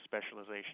specialization